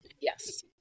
Yes